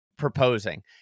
proposing